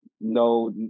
no